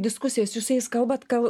diskusijos jūs su jais kalbat kal